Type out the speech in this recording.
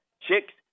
chicks